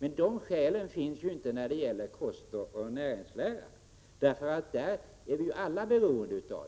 Men nämnda skäl är inte relevant när det gäller kostoch näringslära, som vi ju alla är beroende av att känna